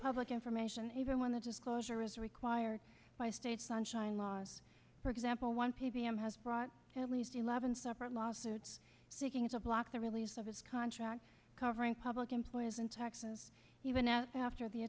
public information even when the disclosure is required by state sunshine laws for example one p p m has brought at least eleven suffer lawsuits seeking as a block the release of his contract covering public employees and taxes even if after the